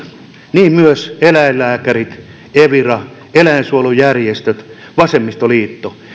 niin myös eläinlääkärit evira eläinsuojelujärjestöt ja vasemmistoliitto